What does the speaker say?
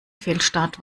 fehlstart